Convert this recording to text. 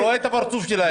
אני רואה את הפרצוף שלהם.